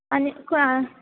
आनी खंय आं